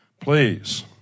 please